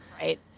Right